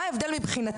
מה ההבדל מבחינתך,